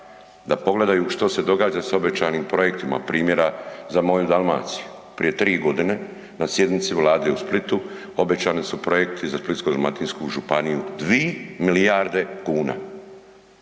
da pogledaju što se događa sa obećanim projektima, primjera za moju Dalmaciju. Prije 3 godine na sjednici vlade u Splitu obećane su projekti za Splitsko-dalmatinsku županiju 2 milijarde kuna,